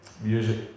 music